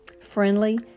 Friendly